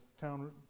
town